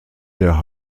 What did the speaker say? der